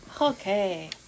Okay